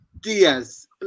Diaz